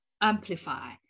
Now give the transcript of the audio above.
amplify